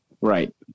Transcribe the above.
Right